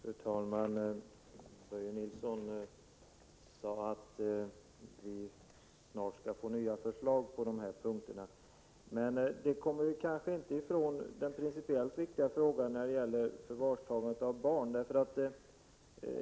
Fru talman! Börje Nilsson sade att vi snart skall få nya förslag på dessa punkter. Men vi kommer kanske inte ifrån den principiellt viktiga frågan om tagande av barn i förvar.